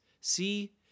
See